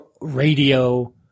radio